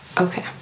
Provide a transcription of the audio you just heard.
Okay